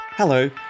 Hello